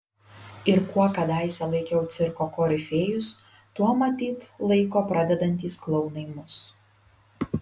ir kuo kadaise laikiau cirko korifėjus tuo matyt laiko pradedantys klounai mus